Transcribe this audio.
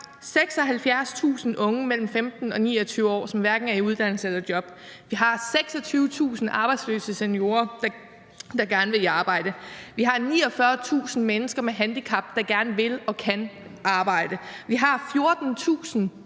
76.000 unge mellem 15 og 29 år, som hverken er i uddannelse eller job. Vi har 26.000 arbejdsløse seniorer, der gerne vil i arbejde, vi har 49.000 mennesker med handicap, der gerne vil og kan arbejde, vi har 14.000